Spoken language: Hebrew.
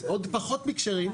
עוד פחות מכשרים,